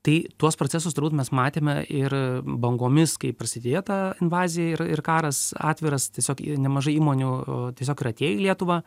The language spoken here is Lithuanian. tai tuos procesus turbūt mes matėme ir bangomis kai prasidėjo ta invaziją ir ir karas atviras tiesiog nemažai įmonių tiesiog ir atėjo į lietuvą